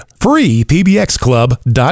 freepbxclub.com